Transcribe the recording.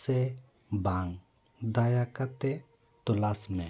ᱥᱮ ᱵᱟᱝ ᱫᱟᱭᱟᱠᱟᱛᱮ ᱛᱚᱞᱟᱥ ᱢᱮ